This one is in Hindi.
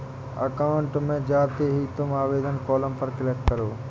अकाउंट में जाते ही तुम आवेदन कॉलम पर क्लिक करो